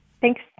Thanks